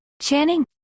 Channing